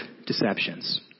deceptions